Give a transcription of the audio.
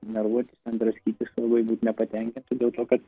nervuotis ten draskytis labai būt nepatenkintu dėl to kad